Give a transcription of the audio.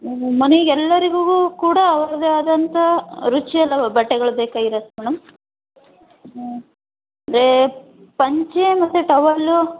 ಮನೆಗೆ ಎಲ್ಲರಿಗು ಕೂಡ ಅವ್ರದ್ದೇ ಆದಂಥ ಬಟ್ಟೆಗಳು ಬೇಕಾಗಿರತ್ತೆ ಮೇಡಮ್ ಬೆ ಪಂಚೆ ಮತ್ತು ಟವಲು